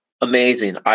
amazing